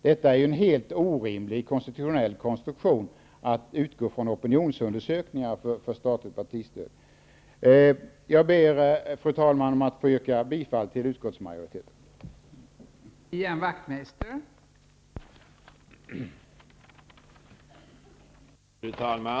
Detta är en helt orimligt konstitutionell konstruktion, att utgå från opinionsundersökningar för statligt partistöd. Fru talman! Jag ber att få yrka bifall till utskottsmajoritetens förslag.